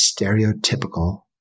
stereotypical